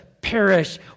perish